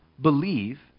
believe